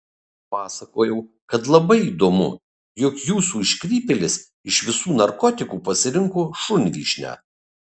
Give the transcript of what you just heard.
pasakojau kad labai įdomu jog jūsų iškrypėlis iš visų narkotikų pasirinko šunvyšnę